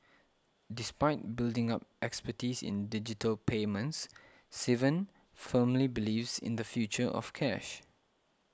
despite building up expertise in digital payments Sivan firmly believes in the future of cash